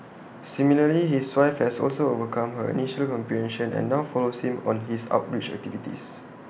similarly his wife has also overcome her initial apprehension and now follows him on his outreach activities